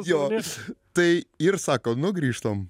jo tai ir sako nu grįžtam